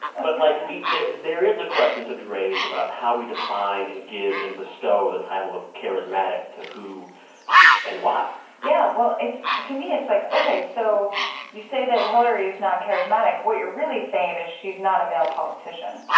but, like, we there there is a question to be raised about how we define and give and bestow the title of charismatic to who and yeah, well, it's to me, it's like, ok, so you say that hillary's not charismatic. what you're really saying is she's not a male politician.